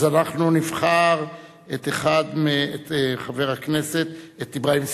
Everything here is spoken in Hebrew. אז אנחנו נבחר את חבר הכנסת אברהים צרצור.